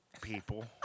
people